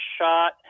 shot